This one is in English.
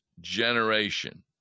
generation